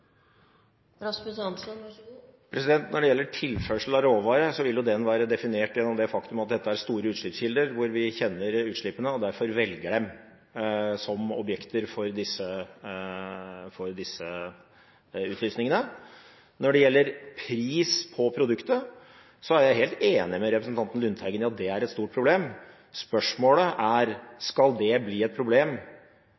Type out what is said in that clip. Når det gjelder tilførsel av råvarer, vil den være definert gjennom det faktum at dette er store utslippskilder – vi kjenner utslippene og velger dem som objekter for disse utlysningene. Når det gjelder pris på produktet, er jeg helt enig med representanten Lundteigen i at det er et stort problem. Spørsmålet er: